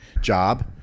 job